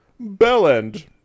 Bellend